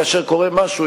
כאשר קורה משהו,